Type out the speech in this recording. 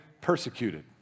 persecuted